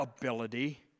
ability